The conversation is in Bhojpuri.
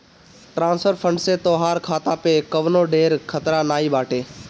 ट्रांसफर फंड से तोहार खाता पअ कवनो ढेर खतरा नाइ बाटे